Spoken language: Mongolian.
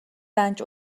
даанч